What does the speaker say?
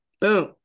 boom